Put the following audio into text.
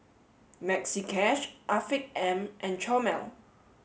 Maxi Cash Afiq M and Chomel